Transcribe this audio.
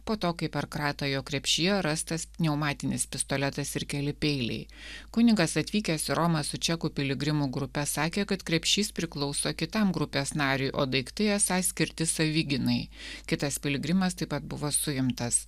po to kai per kratą jo krepšyje rastas pneumatinis pistoletas ir keli peiliai kunigas atvykęs į romą su čekų piligrimų grupe sakė kad krepšys priklauso kitam grupės nariui o daiktai esą skirti savigynai kitas piligrimas taip pat buvo suimtas